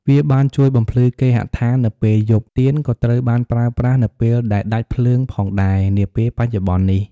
វាបានជួយបំភ្លឺគេហដ្ឋាននៅពេលយប់ ទៀនក៏ត្រូវបានប្រើប្រាស់នៅពេលដែលដាច់ភ្លើងផងដែរនាពេលបច្ចុប្បន្ននេះ។